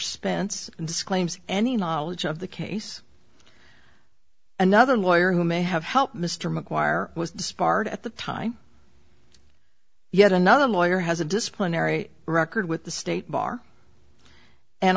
disclaims any knowledge of the case another lawyer who may have helped mr mcguire was disbarred at the time yet another lawyer has a disciplinary record with the state bar and